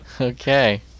Okay